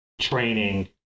training